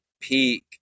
peak